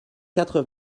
quatre